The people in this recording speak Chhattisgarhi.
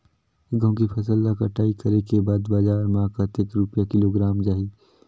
गंहू के फसल ला कटाई करे के बाद बजार मा कतेक रुपिया किलोग्राम जाही?